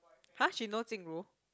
!huh! she know Jing Ru